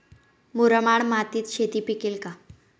मुरमाड मातीत शेती पिकेल का?